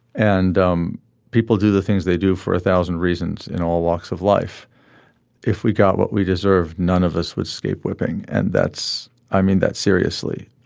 and um people do the things they do for a thousand reasons. in all walks of life if we got what we deserve none of us would escape whipping. and that's i mean that seriously.